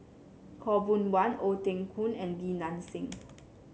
Khaw Boon Wan Ong Teng Koon and Li Nanxing